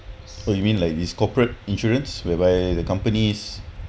oh you mean like these corporate insurance whereby the companies